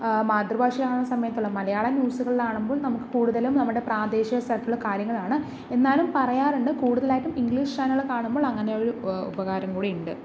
മാതൃഭാഷയാവണ സമയത്ത് മലയാളം ന്യൂസുകൾ കാണുമ്പോൾ നമുക്ക് കൂടുതലും നമ്മുടെ പ്രാദേശികസർക്കിളിലെ കാര്യങ്ങളാണ് എന്നാലും പറയാറുണ്ട് കൂടുതലായിട്ടും ഇംഗ്ലീഷ് ചാനൽ കാണുമ്പോൾ അങ്ങനെയുള്ള ഉപകരവും കൂടി ഉണ്ട്